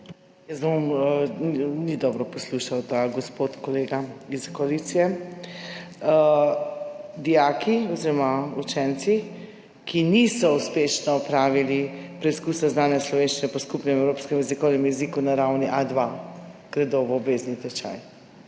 SDS):** Ni dobro poslušal ta gospod kolega iz koalicije. Dijaki oziroma učenci, ki niso uspešno opravili preizkusa znanja slovenščine po skupnem evropskem jezikovnem okviru na ravni A2, gredo v obvezni tečaj.